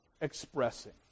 Expressing